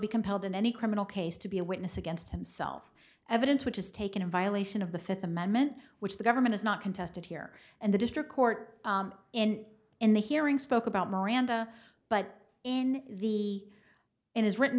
be compelled in any criminal case to be a witness against himself evidence which is taken in violation of the fifth amendment which the government is not contested here and the district court in in the hearing spoke about miranda but in the in his written